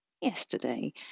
yesterday